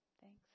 Thanks